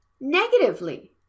Negatively